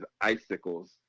icicles